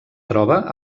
troba